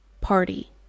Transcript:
party